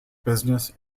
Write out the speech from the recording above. business